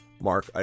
Mark